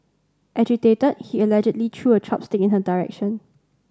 agitated he allegedly threw a chopstick in her direction